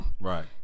Right